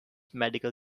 medical